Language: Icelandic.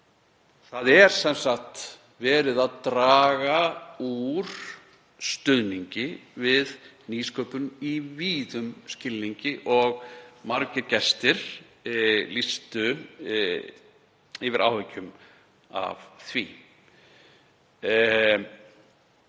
Það er sem sagt verið að draga úr stuðningi við nýsköpun í víðum skilningi og margir gestir lýstu yfir áhyggjum af því.